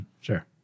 sure